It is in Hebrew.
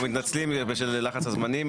אנחנו מתנצלים בשל לחץ הזמנים,